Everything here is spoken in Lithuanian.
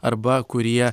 arba kurie